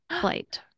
flight